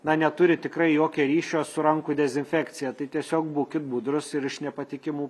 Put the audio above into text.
na neturi tikrai jokio ryšio su rankų dezinfekcija tai tiesiog būkit budrūs ir iš nepatikimų